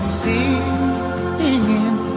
singing